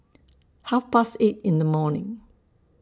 Half Past eight in The morning